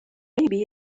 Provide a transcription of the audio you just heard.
maybe